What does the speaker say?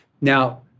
now